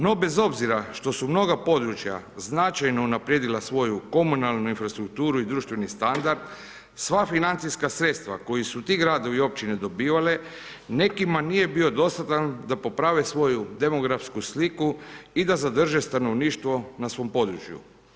No bez obzira što su mnoga područja značajno unaprijedila svoju komunalnu infrastrukturu i društveni standard, sva financijska sredstava koju su ti gradovi i općine dobivale nekima nije bio dostatan da poprave svoju demografsku sliku i da zadrže stanovništvo na svom području.